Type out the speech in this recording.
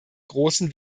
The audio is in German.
großen